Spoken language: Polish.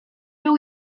był